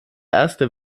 erste